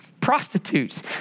prostitutes